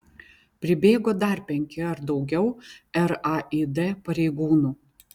pribėgo dar penki ar daugiau raid pareigūnų